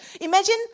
imagine